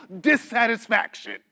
dissatisfaction